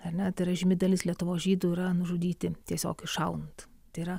ar ne tai yra žymi dalis lietuvos žydų yra nužudyti tiesiog iššaunant tėra